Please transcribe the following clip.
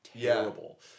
terrible